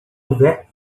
houver